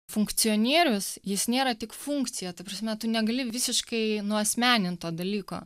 funkcionierius jis nėra tik funkcija ta prasme tu negali visiškai nuasmenint to dalyko